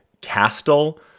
Castle